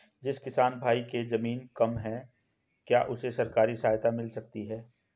जिस किसान भाई के ज़मीन कम है क्या उसे सरकारी सहायता मिल सकती है?